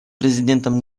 президентом